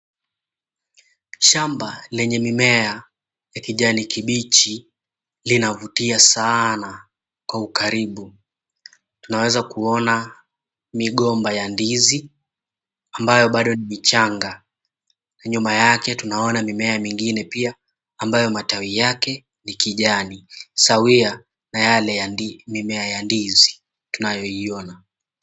Shamba lenyewe mimea ya kijani kibichi linavutia sana. Kwa ukaribu tunaweza kuona migomba ya ndizi ambayo bado ni changa na nyuma yake tunaona mimea mingine pia ambayo matawi yake ni kijani sawia na yale mimea ya ndizi tunayoiona.